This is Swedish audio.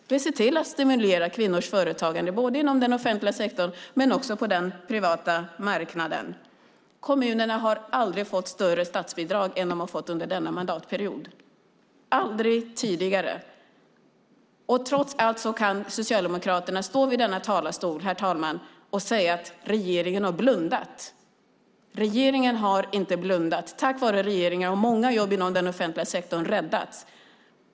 Vi ser till att stimulera kvinnors företagande både inom den offentliga sektorn och på den privata marknaden. Kommunerna har aldrig fått större statsbidrag än under denna mandatperiod, aldrig tidigare. Trots det kan Socialdemokraterna stå i denna talarstol, herr talman, och säga att regeringen blundat. Regeringen har inte blundat. Tack vare regeringen har många jobb inom den offentliga sektorn räddats.